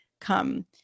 come